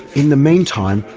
in the meantime,